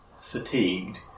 Fatigued